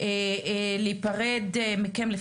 רוצה להיפרד מכם.